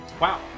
wow